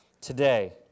today